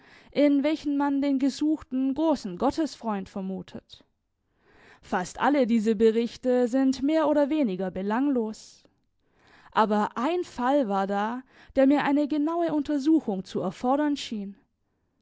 in welchen man den gesuchten großen gottesfreund vermutet fast alle diese berichte sind mehr oder weniger belanglos aber ein fall war da der mir eine genaue untersuchung zu erfordern schien